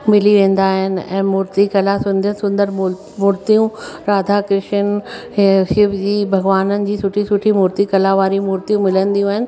मिली वेंदा आहिनि ऐं मुर्ति कला सुंदर सुंदर मु मुर्तियूं राधा कृषन ऐं शिव जी भगवाननि जी सुठी सुठी मुर्ति कला वारी मुर्तियूं मिलंदियूं आहिनि